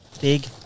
Big